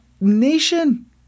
nation